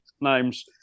names